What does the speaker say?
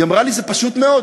היא אמרה לי: זה פשוט מאוד,